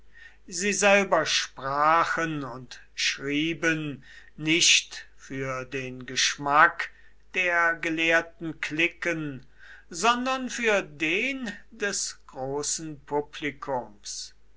sie selber sprachen und schrieben nicht für den geschmack der gelehrten cliquen sondern für den des großen publikums